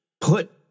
put